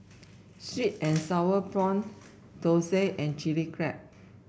sweet and sour prawn thosai and Chili Crab